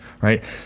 Right